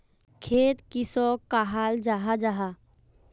खेत किसोक कहाल जाहा जाहा?